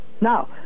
Now